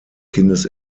kindes